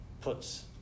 puts